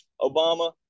Obama